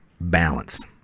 balance